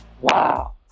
Wow